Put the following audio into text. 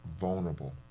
vulnerable